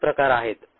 अनेक प्रकार आहेत